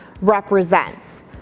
represents